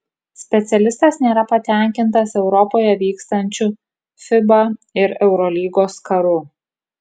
specialistas nėra patenkintas europoje vykstančiu fiba ir eurolygos karu